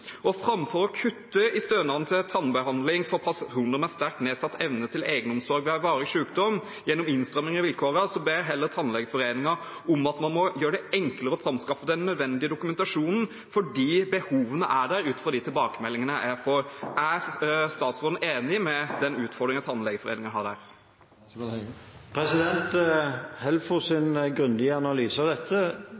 Framfor å kutte i stønaden til tannbehandling for personer med sterkt nedsatt evne til egenomsorg ved varig sykdom gjennom innstramminger i vilkårene, ber Tannlegeforeningen om at man heller må gjøre det enklere å framskaffe den nødvendige dokumentasjonen, for behovene er der, ut ifra de tilbakemeldingene jeg får. Er statsråden enig med Tannlegeforeningen i at dette er en utfordring? Helfos